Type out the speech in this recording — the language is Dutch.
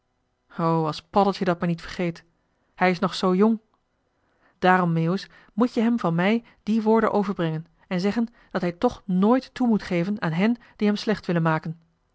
als paddeltje dat maar niet vergeet hij is nog zoo jong daarom meeuwis moet-je hem van mij die woorden overbrengen en zeggen dat hij toch nooit toe moet geven aan hen die hem slecht willen maken